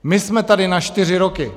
My jsme tady na čtyři roky.